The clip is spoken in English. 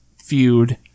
Feud